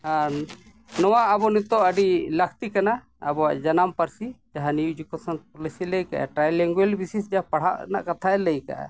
ᱟᱨ ᱱᱚᱣᱟ ᱟᱵᱚ ᱱᱤᱛᱚᱜ ᱟᱹᱰᱤ ᱞᱟᱹᱠᱛᱤ ᱠᱟᱱᱟ ᱟᱵᱚᱣᱟᱜ ᱡᱟᱱᱟᱢ ᱯᱟᱹᱨᱥᱤ ᱡᱟᱦᱟᱸ ᱱᱤᱭᱩ ᱮᱰᱩᱠᱮᱥᱚᱱ ᱯᱚᱞᱤᱥᱤ ᱞᱟᱹᱭ ᱠᱟᱜᱼᱟᱭ ᱞᱮᱝᱜᱩᱭᱮᱡᱽ ᱵᱤᱥᱤᱥ ᱡᱟᱦᱟᱸ ᱯᱟᱲᱦᱟᱜ ᱨᱮᱱᱟᱜ ᱠᱟᱛᱷᱟᱭ ᱞᱟᱹᱭ ᱠᱟᱜᱼᱟᱭ